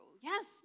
Yes